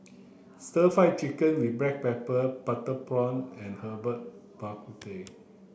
stir fried chicken with black pepper butter prawns and herbal Bak Ku Teh